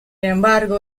embargo